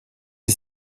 est